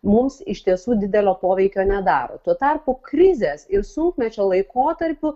mums iš tiesų didelio poveikio nedaro tuo tarpu krizės ir sunkmečio laikotarpiu